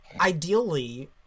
ideally